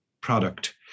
product